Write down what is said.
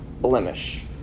blemish